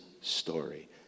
story